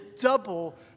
double